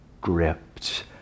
gripped